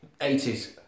80s